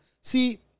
See